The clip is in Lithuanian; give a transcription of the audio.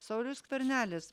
saulius skvernelis